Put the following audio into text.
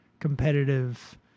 competitive